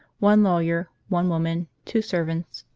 one lawyer, one woman, two servants,